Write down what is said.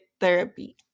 therapy